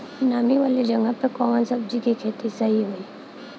नामी वाले जगह पे कवन सब्जी के खेती सही होई?